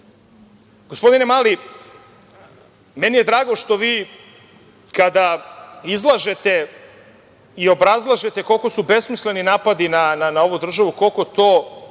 govorim. Gospodine Mali, meni je drago što vi kada izlažete i obrazlažete koliko su besmisleni napadi na ovu državu, koliko to